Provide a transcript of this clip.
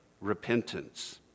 repentance